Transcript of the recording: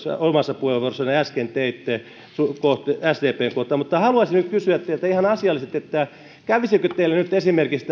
omassa puheenvuorossanne äsken teitte sdpn kohdalla mutta haluaisin nyt kysyä teiltä ihan asiallisesti kävisikö teille nyt esimerkiksi